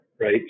right